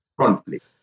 conflict